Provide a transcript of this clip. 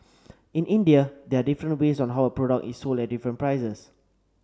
in India there are different ways on how a product is sold at different prices